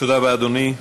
תודה רבה, אדוני.